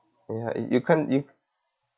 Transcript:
ya y~ you can't if